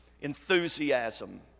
enthusiasm